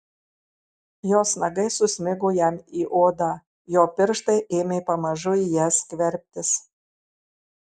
jos nagai susmigo jam į odą jo pirštai ėmė pamažu į ją skverbtis